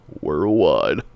Worldwide